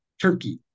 Turkey